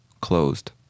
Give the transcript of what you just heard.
closed